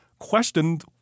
questioned